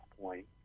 point